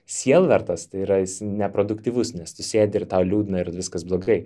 sielvartas tai yra jis neproduktyvus nes tu sėdi tau liūdna ir viskas blogai